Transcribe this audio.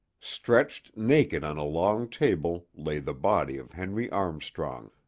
stretched naked on a long table lay the body of henry armstrong,